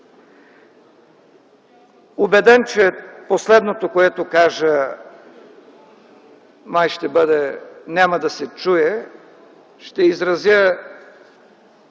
Убеден, че последното, което кажа, май няма да се чуе, ще изразя